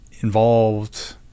involved